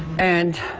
and